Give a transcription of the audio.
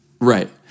Right